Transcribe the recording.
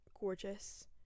Gorgeous